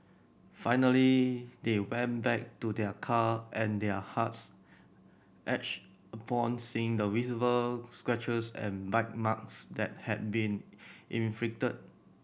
finally they went back to their car and their hearts ached upon seeing the visible scratches and bite marks that had been inflicted